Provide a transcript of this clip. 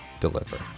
deliver